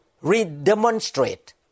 re-demonstrate